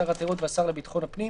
שר התיירות והשר לביטחון הפנים,